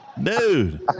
Dude